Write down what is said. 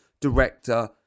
director